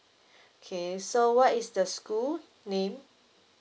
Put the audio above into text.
okay so what is the school name